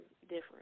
different